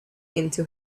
into